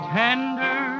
tender